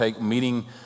meeting